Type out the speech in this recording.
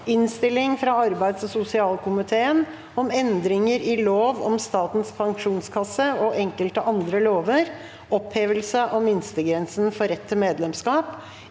Innstilling fra arbeids- og sosialkomiteen om Endrin- ger i lov om Statens pensjonskasse og enkelte andre lover (opphevelse av minstegrensen for rett til medlemskap)